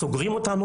סוגרים אותנו,